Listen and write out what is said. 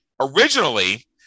Originally